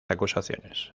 acusaciones